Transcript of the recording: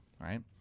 right